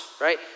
right